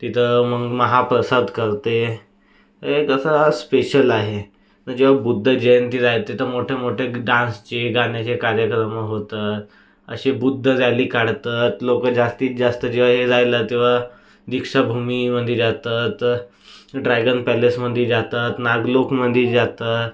तिथं मग महाप्रसाद करते हे कसं स्पेशल हे जेव्हा बुद्धजयंती रहाते तर मोठे मोठे डान्सचे गाण्याचे कार्यक्रम होतात असे बुद्ध रॅली काढतात लोक जास्तीत जास्त जेव्हा हे राहिलं तेव्हा दीक्षाभूमीमधे जातात ड्रॅगन पॅलेसमधे जातात नागलोकमधे जातात